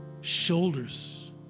shoulders